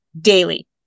daily